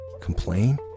complain